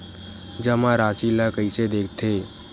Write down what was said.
जमा राशि ला कइसे देखथे?